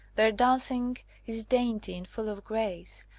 their dancing is dainty and full of grace,